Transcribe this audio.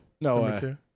No